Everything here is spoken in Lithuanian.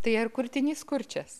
tai ar kurtinys kurčias